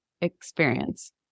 experience